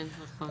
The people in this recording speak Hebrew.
כן, נכון.